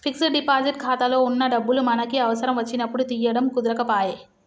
fixed deposit ఖాతాలో వున్న డబ్బులు మనకి అవసరం వచ్చినప్పుడు తీయడం కుదరకపాయె